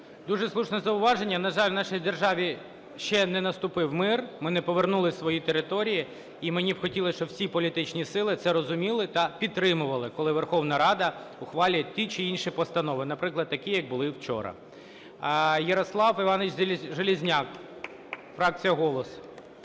Дуже слушне зауваження. На жаль, в нашій державі ще не наступив мир, ми не повернули свої території. І мені б хотілося, щоб всі політичні сили це розуміли та підтримували, коли Верховна Рада ухвалює ті чи інші постанови, наприклад, такі як були вчора. Ярослав Іванович Железняк, фракція "Голос".